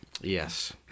Yes